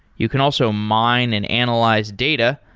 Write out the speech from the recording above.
you can also mine and analyze data,